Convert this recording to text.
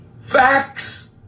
facts